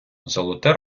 золоте